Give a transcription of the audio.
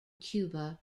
cuba